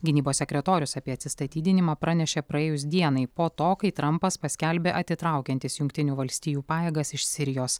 gynybos sekretorius apie atsistatydinimą pranešė praėjus dienai po to kai trampas paskelbė atitraukiantis jungtinių valstijų pajėgas iš sirijos